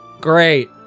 Great